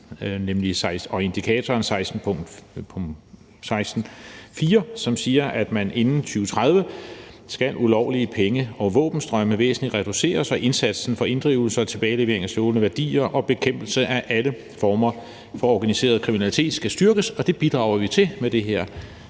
indikatoren 16.4, som siger: »Inden 2030 skal ulovlige penge- og våbenstrømme væsentligt reduceres, og indsatsen for inddrivelse og tilbagelevering af stjålne værdier og bekæmpelse af alle former for organiseret kriminalitet skal styrkes.« Det bidrager vi til med det her